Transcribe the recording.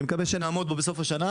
אני מקווה שנעמוד בו בסוף השנה